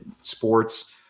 sports